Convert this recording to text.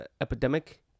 epidemic